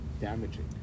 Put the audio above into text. damaging